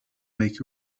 make